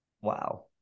Wow